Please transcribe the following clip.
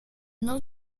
not